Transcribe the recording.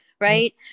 right